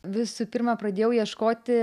visų pirma pradėjau ieškoti